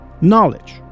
Knowledge